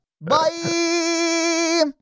Bye